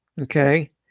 Okay